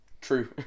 true